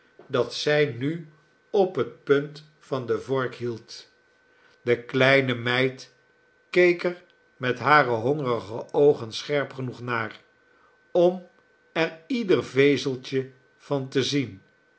dat zij nu op de punt van de vork hield de kleine meid keek er met hare hongerige oogen scherp genoeg naar om erieder vezeltje van te zien